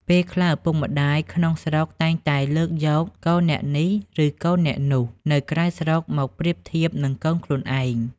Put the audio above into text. ពេលខ្លះ ឪពុកម្តាយក្នុងស្រុកតែងតែលើកយក "កូនអ្នកនេះ" ឬ "កូនអ្នកនោះ" នៅក្រៅស្រុកមកប្រៀបធៀបនឹងកូនខ្លួនឯង។